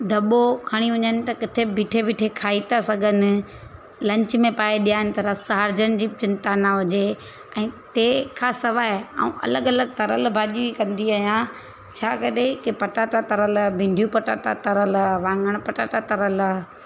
दबो खणी वञनि त किथे बीठे बीठे खाई था सघनि लंच में पाए ॾियनि त रस हारजनि जी चिंता न हुजे ऐं तंहिंखां सवाइ ऐं अलॻि अलॻि तरियल भाॼी कंदी आहियां छा करे की पटाटा तरियल भीड़ियूं पटाटा तरियल वाङण पटाटा तरियल